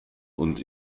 und